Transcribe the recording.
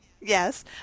Yes